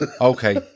Okay